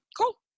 Cool